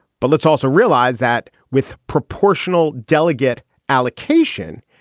but let's also realize that with proportional delegate allocation,